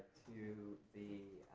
to the